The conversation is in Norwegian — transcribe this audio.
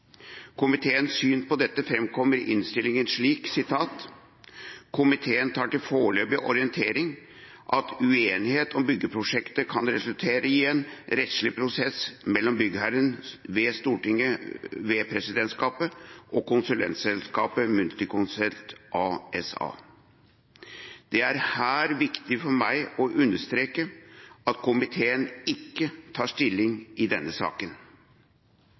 Komiteens syn på dette framkommer i innstillingen slik: «Komiteen tar til foreløpig orientering at uenighet om byggeprosjektet kan resultere i en rettslig prosess mellom byggherre og konsulent Det er her viktig for meg å understreke at komiteen ikke tar stilling i denne saken.